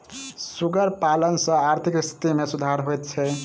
सुगर पालन सॅ आर्थिक स्थिति मे सुधार होइत छै